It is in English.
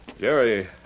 Jerry